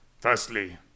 Firstly